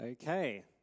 Okay